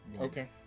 okay